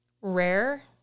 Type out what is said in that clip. rare